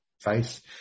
face